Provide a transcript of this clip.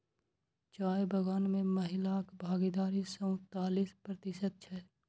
चाय बगान मे महिलाक भागीदारी सैंतालिस प्रतिशत छै